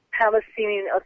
Palestinian